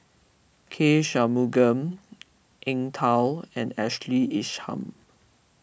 K Shanmugam Eng Tow and Ashkley Isham